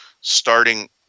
starting